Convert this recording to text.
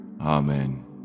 amen